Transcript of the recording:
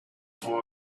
could